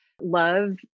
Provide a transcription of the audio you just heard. love